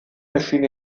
erschien